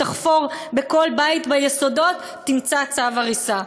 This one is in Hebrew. תחפור בכל בית ביסודות, תמצא צו הריסה.